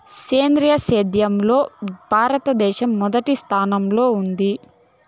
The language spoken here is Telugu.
సేంద్రీయ సేద్యంలో భారతదేశం మొదటి స్థానంలో ఉంది